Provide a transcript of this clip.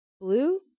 Blue